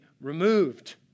removed